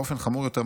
באופן חמור יותר,